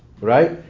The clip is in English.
right